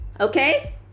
okay